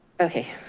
okay,